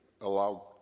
allow